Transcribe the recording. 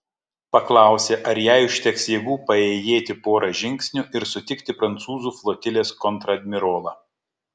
paklausė ar jai užteks jėgų paėjėti porą žingsnių ir sutikti prancūzų flotilės kontradmirolą